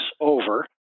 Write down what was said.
over